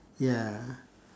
ya